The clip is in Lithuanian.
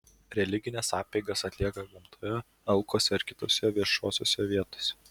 religines apeigas atlieka gamtoje alkuose ar kitose viešose vietose